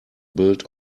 built